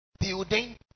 Building